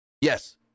yes